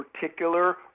particular